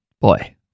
Boy